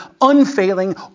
unfailing